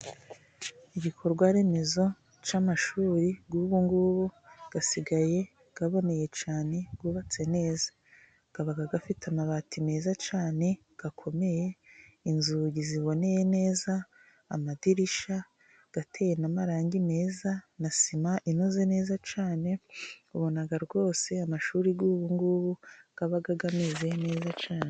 Igikorwa remezo cy'amashuri y’ubungubu， asigaye aboneye cyane，yubatse neza, aba afite amabati meza cyane， akomeye， inzugi ziboneye neza， amadirishya ateye n'amarangi meza， na sima inoze neza cyane， ubona rwose amashuri y’ubu ngubu aba ameze neza cyane.